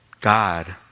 God